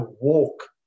walk